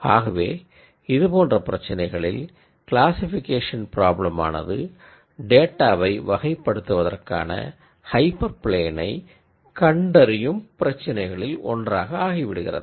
ஆகவே இது போன்ற பிரச்சனைகளில் க்ளாசிக்பிகேஷன் பிராப்ளம் ஆனது டேட்டாவை வகைப்படுத்துவதற்கான ஹைப்பர் பிளேனை கண்டறியும் பிரச்சினைகளில் ஒன்றாக ஆகிவிடுகிறது